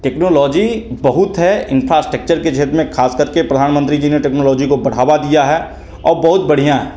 technology बहुत है infrastructure के क्षेत्र में ख़ास कर के प्रधानमंत्री जी ने टेक्नोलॉजी को बढ़ावा दिया है और बहुत बढ़िया है